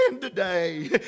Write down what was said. today